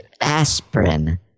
aspirin